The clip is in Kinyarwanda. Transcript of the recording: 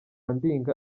ndiga